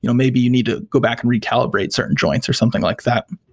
you know maybe you need to go back and recalibrate certain joints or something like that.